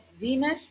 Venus